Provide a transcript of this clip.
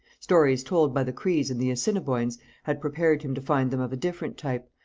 stories told by the crees and the assiniboines had prepared him to find them of a different type,